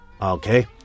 Okay